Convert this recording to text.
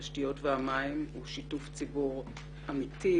התשתיות והמים הוא שיתוף ציבור אמיתי,